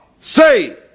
say